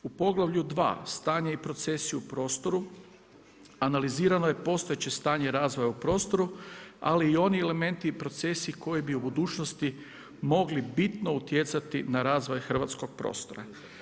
U poglavlju 2 stanje i procesi u prostoru analizirano je postojeće stanje razvoja u prostoru ali i oni elementi i procesi koji bi u budućnosti mogli bitno utjecati na razvoj hrvatskog prostora.